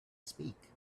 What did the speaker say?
speak